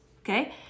Okay